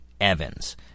Evans